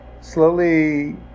slowly